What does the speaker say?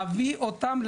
להביא אותם,